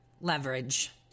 leverage